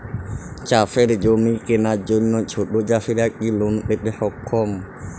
চাষের জমি কেনার জন্য ছোট চাষীরা কি লোন পেতে সক্ষম?